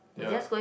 ya